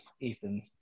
ethan